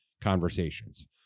conversations